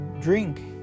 drink